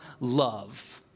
love